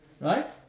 right